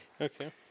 Okay